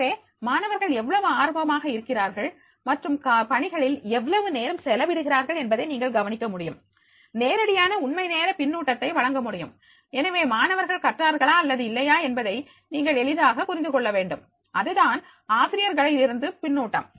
எனவே மாணவர்கள் எவ்வளவு ஆர்வமாக இருக்கிறார்கள் மற்றும் பணிகளில் எவ்வளவு நேரம் செலவிடுகிறார்கள் என்பதை நீங்கள் கவனிக்க முடியும் நேரடியான உண்மை நேர பின்னூட்டத்தையும் வழங்கமுடியும் எனவே மாணவர்கள் கற்றார்களா அல்லது இல்லையா என்பதை நீங்கள் எளிதாக புரிந்து கொள்ள முடியும் அதுதான் ஆசிரியர்களிடமிருந்து பின்னூட்டம்